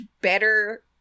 better